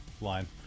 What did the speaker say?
line